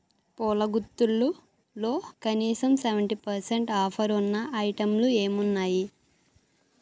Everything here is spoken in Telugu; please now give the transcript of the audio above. పూల గుత్తులలో కనీసం సెవెంటీ పర్సెంట్ ఆఫరున్న ఐటెంలు ఏమున్నాయి